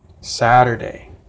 Saturday